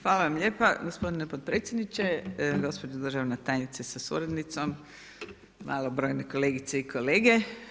Hvala vam lijepa gospodine potpredsjedniče, gospođo državna tajnice sa suradnicom, malobrojne kolegice i kolege.